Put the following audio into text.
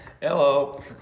Hello